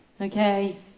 Okay